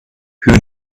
who